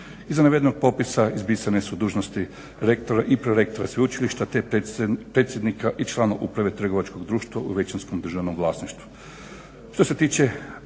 Iza navedenog popisa izbrisane su dužnosti rektora i prorektora sveučilišta te predsjednika i članova uprave trgovačkog društva u većinskom državnom vlasništvu.